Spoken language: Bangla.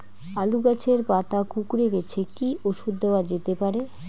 আলু গাছের পাতা কুকরে গেছে কি ঔষধ দেওয়া যেতে পারে?